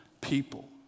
people